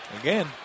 Again